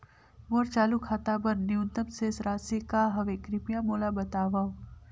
मोर चालू खाता बर न्यूनतम शेष राशि का हवे, कृपया मोला बतावव